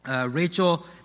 Rachel